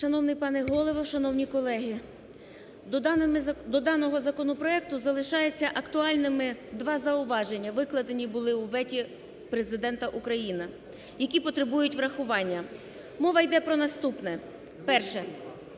Шановний пане Голово, шановні колеги! До даного законопроекту залишаються актуальними два зауваження, викладені були у вето Президента України, які потребують врахування. Мова йде про наступне. Перше.